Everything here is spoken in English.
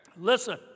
Listen